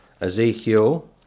Ezekiel